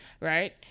right